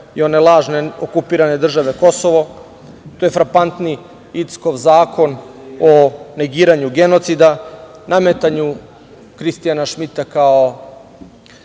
i one lažne okupirane države Kosovo, tu je frapantni Inckov zakon o negiranju genocida, nametanju Kristijana Šmita za